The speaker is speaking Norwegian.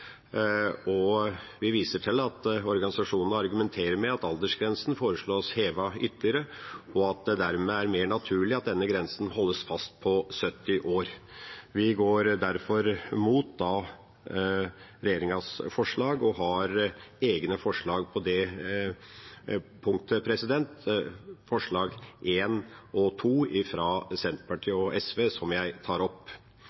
Vi viser til at organisasjonene argumenterer med at aldersgrensen foreslås hevet ytterligere, og at det dermed er mer naturlig at denne grensen holdes fast på 70 år. Vi går derfor imot regjeringas forslag og har egne forslag på det punktet, forslagene nr. 1 og 2, fra Senterpartiet og SV, som jeg tar opp.